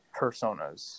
personas